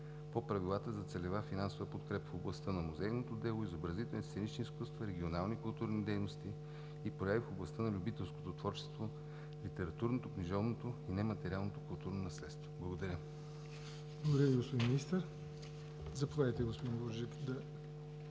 по правилата за целева финансова подкрепа в областта на музейното дело, изобразителни и сценични изкуства, регионални културни дейности и прояви в областта на любителското творчество, литературното, книжовното и нематериалното културно наследство. Благодаря. ПРЕДСЕДАТЕЛ ЯВОР НОТЕВ: Благодаря Ви, господин Министър. Заповядайте, господин Бурджев, да